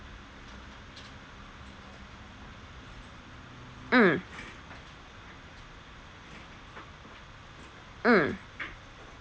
mm mm